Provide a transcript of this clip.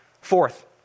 Fourth